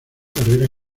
carrera